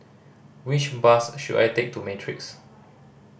which bus should I take to Matrix